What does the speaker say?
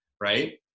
right